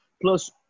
plus